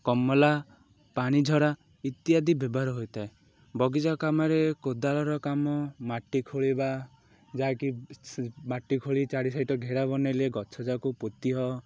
ଗମଲା ପାଣି ଝଡ଼ା ଇତ୍ୟାଦି ବ୍ୟବହାର ହୋଇଥାଏ ବଗିଚା କାମରେ କୋଦାଳର କାମ ମାଟି ଖୋଳିବା ଯାହାକି ମାଟି ଖୋଳି ଚାରି ସାଇଡ଼୍ ଘେରା ବନାଇଲେ ଗଛ ଯାକ ପୋତି ହବ